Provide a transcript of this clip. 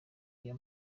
iyo